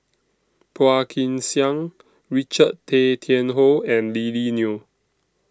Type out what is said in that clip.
Phua Kin Siang Richard Tay Tian Hoe and Lily Neo